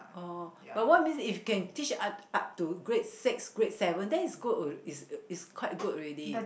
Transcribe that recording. oh but what means if can teach ot~ up to grade six grade seven then is good al~ is is quite good already